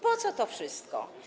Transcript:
Po co to wszystko?